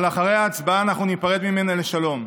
אבל אחרי ההצבעה אנחנו ניפרד ממנה לשלום,